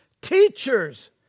teachers